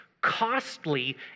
costly